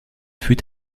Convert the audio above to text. fut